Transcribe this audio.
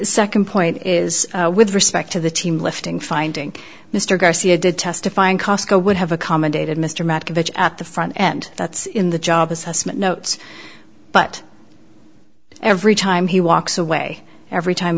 second point is with respect to the team lifting finding mr garcia did testifying cosco would have accommodated mr mccabe at the front end that's in the job assessment notes but every time he walks away every time